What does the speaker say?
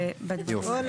יופי.